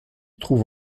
trouve